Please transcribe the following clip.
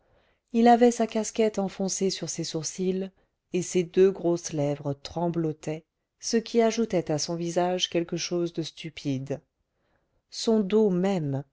il avait sa casquette enfoncée sur ses sourcils et ses deux grosses lèvres tremblotaient ce qui ajoutait à son visage quelque chose de stupide son dos même